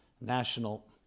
national